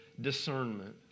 discernment